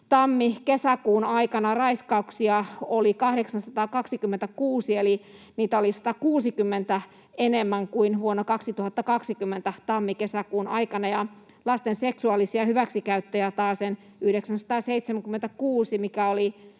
tammi—kesäkuun aikana raiskauksia oli 826, eli niitä oli 160 enemmän kuin vuonna 2020 tammi—kesäkuun aikana, ja lasten seksuaalisia hyväksikäyttöjä taasen 976,